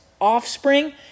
offspring